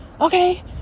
okay